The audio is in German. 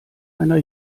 einer